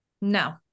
No